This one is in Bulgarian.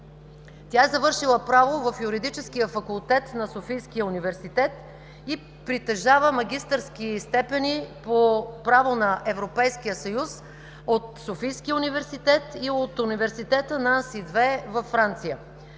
Тя е завършила право в Юридическия факултет на Софийския университет и притежава магистърски степени по „Право на Европейския съюз” от Софийския университет и от университета Нанси 2 във Франция.